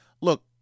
Look